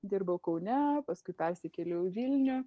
dirbau kaune paskui persikėliau į vilnių